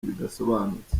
bidasobanutse